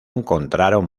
encontraron